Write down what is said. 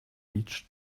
reach